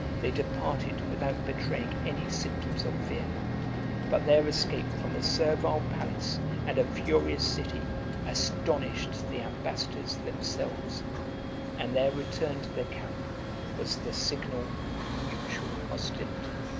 they departed without betraying any symptoms of fear but their escape from a servile palace and a furious city astonished the ambassadors themselves and their return to the camp was the signal of mutual hostility.